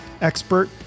expert